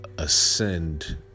Ascend